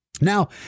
Now